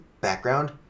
background